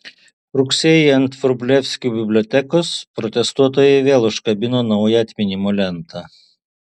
rugsėjį ant vrublevskių bibliotekos protestuotojai vėl užkabino naują atminimo lentą